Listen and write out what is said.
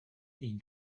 been